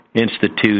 Institute